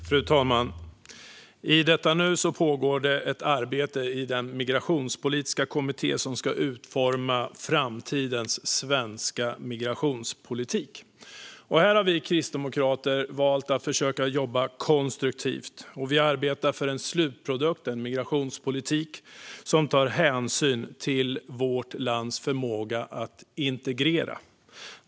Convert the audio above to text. Fru talman! I detta nu pågår arbetet i den migrationspolitiska kommitté som ska utforma framtidens svenska migrationspolitik. Här har vi kristdemokrater valt att försöka jobba konstruktivt. Vi arbetar för en slutprodukt, en migrationspolitik, som tar hänsyn till vårt lands förmåga att integrera.